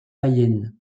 païennes